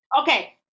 Okay